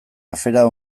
afera